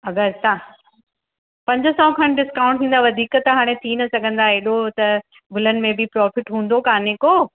अगरि तव्हां पंज सौ खनि डिस्काउंट थींदव वधीक त हाणे थी न सघंदा हेॾो त गुलनि में बि प्रोफिट हूंदो कोन्हे को